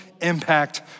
impact